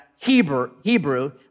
Hebrew